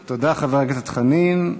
תודה, חבר הכנסת חנין.